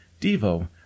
Devo